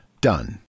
Done